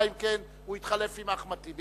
אלא אם כן הוא יתחלף עם אחמד טיבי,